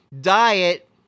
diet